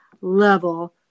level